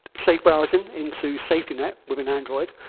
safe browsing into safety net within android,